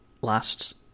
last